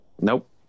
Nope